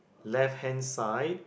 left hand side